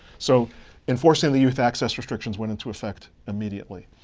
so enforcing the youth access restrictions went into effect immediately.